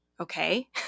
Okay